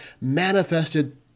manifested